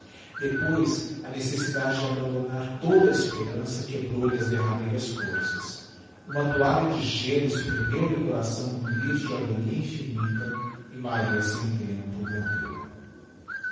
depois a necessidade de abandonar toda a esperança quebrouihe as derradeiras forças uma toalha de gelo espremeu lhe o coração n'um grito de agonia infinita e maria sem tempo morreu